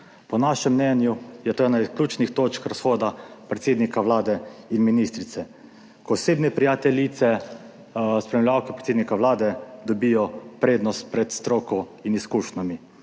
Po našem mnenju je to ena od ključnih točk razhoda predsednika Vlade in ministrice, ko osebne prijateljice, spremljevalke predsednika Vlade dobijo prednost pred stroko in izkušnjami.